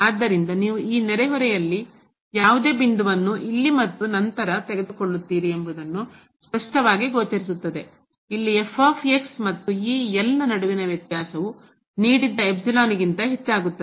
ಆದ್ದರಿಂದ ನೀವು ಈ ನೆರೆಹೊರೆಯಲ್ಲಿ ಯಾವುದೇ ಬಿಂದುವನ್ನು ಇಲ್ಲಿ ಮತ್ತು ನಂತರ ತೆಗೆದುಕೊಳ್ಳುತ್ತೀರಿ ಎಂಬುದು ಸ್ಪಷ್ಟವಾಗಿ ಗೋಚರಿಸುತ್ತದೆ ಇಲ್ಲಿ ಮತ್ತು ಈ ನಡುವಿನ ವ್ಯತ್ಯಾಸವು ನೀಡಿದ್ದ ಕ್ಕಿಂತ ಹೆಚ್ಚಾಗುತ್ತದೆ